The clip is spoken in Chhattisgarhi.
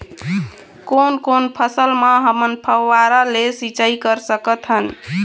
कोन कोन फसल म हमन फव्वारा ले सिचाई कर सकत हन?